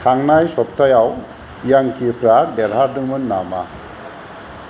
थांनाय सफ्थायाव यांकिफ्रा देरहादोंमोन नामा